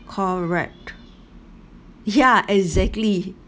correct ya exactly